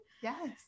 Yes